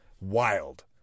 wild